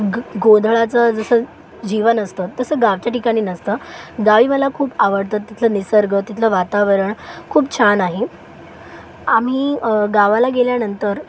गोंधळाचं जसं जीवन असतं तसं गावच्या ठिकानी नसतं गावी मला खूप आवडतं तिथलं निसर्ग तिथलं वातावरण खूप छान आहे आम्ही गावाला गेल्यानंतर